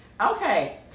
Okay